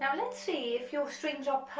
let's see if your strings are